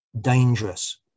dangerous